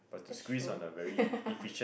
that's true